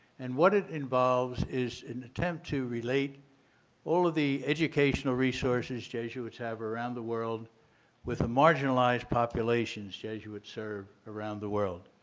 and what it involves is an attempt to relate all of the educational resources jesuits have around the world with the marginalized populations jesuits serve around the world.